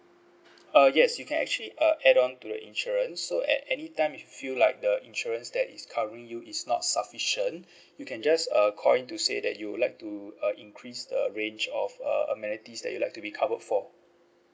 uh yes you can actually uh add on to the insurance so at any time if you feel like the insurance that is covering you is not sufficient you can just uh call in to say that you'd like to uh increase the range of uh amenities that you like to be cover for